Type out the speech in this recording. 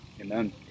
Amen